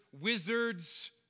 wizards